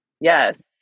Yes